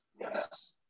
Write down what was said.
yes